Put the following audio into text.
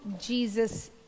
Jesus